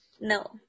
No